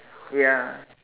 ya